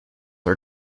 are